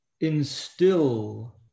instill